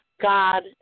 god